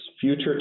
future